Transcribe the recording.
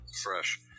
fresh